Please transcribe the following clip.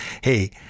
Hey